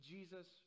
Jesus